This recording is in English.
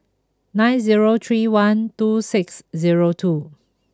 nine zero three one two six zero two